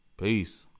Peace